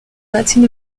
latin